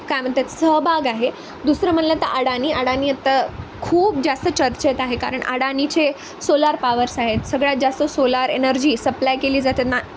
काय म्हणतात सहभाग आहे दुसरं म्हणलं तर अडानी अडानी आत्ता खूप जास्त चर्चेत आहे कारण अडानीचे सोलार पावर्स आहेत सगळ्यात जास्त सोलार एनर्जी सप्लाय केली जातात ना